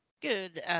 Good